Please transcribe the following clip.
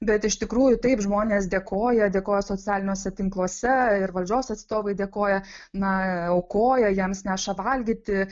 bet iš tikrųjų taip žmonės dėkoja dėkoja socialiniuose tinkluose ir valdžios atstovai dėkoja na aukoja jiems neša valgyti